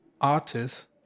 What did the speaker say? artist